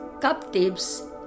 captives